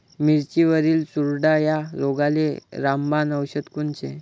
मिरचीवरील चुरडा या रोगाले रामबाण औषध कोनचे?